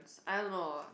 I don't know